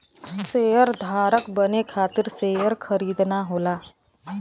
शेयरधारक बने खातिर शेयर खरीदना होला